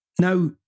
Now